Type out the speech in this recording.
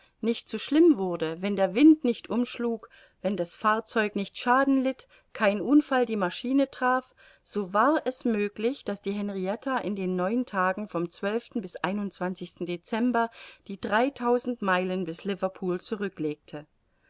nicht zu schlimm wurde wenn der wind nicht umschlug wenn das fahrzeug nicht schaden litt kein unfall die maschine traf so war es möglich daß die henrietta in den neun tagen vom bis dezember die dreitausend meilen bis liverpool zurücklegte